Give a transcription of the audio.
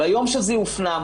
ביום שזה יופנם,